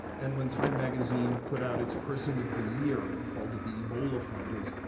and when time magazine put out its person of the year and called it the ebola fighters,